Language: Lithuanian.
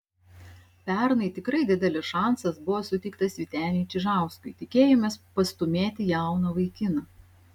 pernai tikrai didelis šansas buvo suteiktas vyteniui čižauskui tikėjomės pastūmėti jauną vaikiną